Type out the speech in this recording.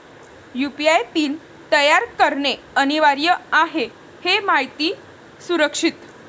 UPI PIN तयार करणे अनिवार्य आहे हे माहिती सुरक्षित